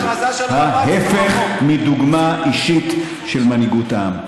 ההפך מדוגמה אישית של מנהיגות העם.